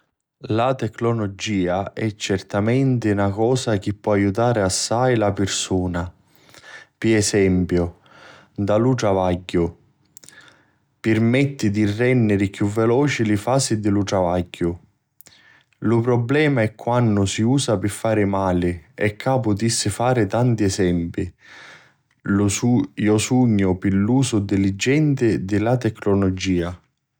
La tecnologia è certamenti na cosa chi po aiutari assai la pirsuna, pi esempiu, nta lu travagghiu. Pirmetti di renniri chiù veloci li fasi di lu travagghiu. Lu prublema è quannu si usa pi fari mali e cca putissi fari tanti esempi. Iu sugnu pi l'usu diligenti di la tecnologia.